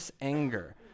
anger